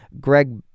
greg